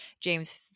james